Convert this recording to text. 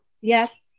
Yes